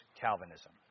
Calvinism